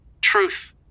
Truth